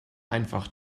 einfach